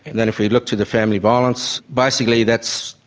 then if we look to the family violence, basically that's,